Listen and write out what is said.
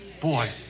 Boy